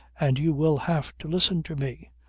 and you will have to listen to me.